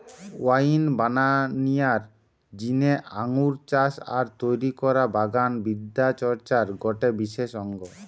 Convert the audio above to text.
wine বানানিয়ার জিনে আঙ্গুর চাষ আর তৈরি করা বাগান বিদ্যা চর্চার গটে বিশেষ অঙ্গ